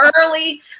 early